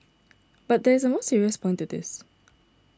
but there is a more serious point to this